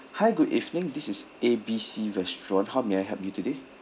hi good evening this is A B C restaurant how may I help you today